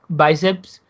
biceps